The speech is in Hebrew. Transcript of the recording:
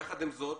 יחד עם זאת,